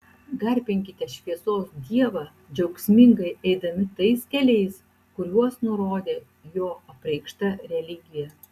garbinkite šviesos dievą džiaugsmingai eidami tais keliais kuriuos nurodė jo apreikšta religija